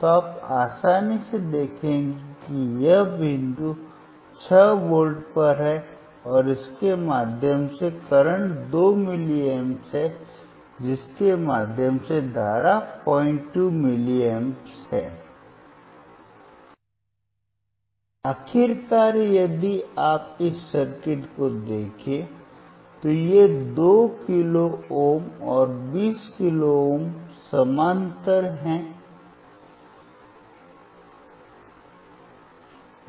तो आप आसानी से देखेंगे कि यह बिंदु छह वोल्ट पर है और इसके माध्यम से करंट दो मिलीएम्प है जिसके माध्यम से धारा 02 मिलीएम्प है क्योंकि आखिरकार यदि आप इस सर्किट को देखें तो ये दो किलो ओम और बीस किलो ओम समानांतर